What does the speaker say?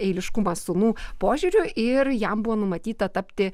eiliškumą sūnų požiūriu ir jam buvo numatyta tapti